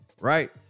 right